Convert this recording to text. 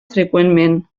freqüentment